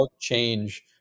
change